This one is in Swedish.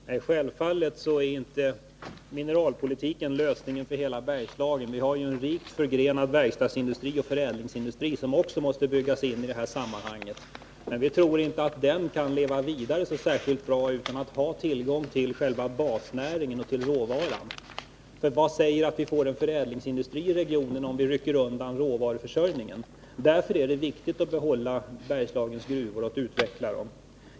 Herr talman! Självfallet är inte mineralpolitiken lösningen för hela Bergslagen. Vi har en rikt förgrenad verkstadsoch förädlingsindustri, som måste byggas in i det här sammanhanget. Men jag tror inte att den kan leva vidare särskilt bra utan tillgång till själva basnäringen och råvaran. Vad är det som säger att vi får en förädlingsindustri i regionen om vi rycker undan råvaruförsörjningen? Osäkerheten på den punkten gör det viktigt att behålla Bergslagens gruvor och utveckla dem.